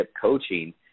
coaching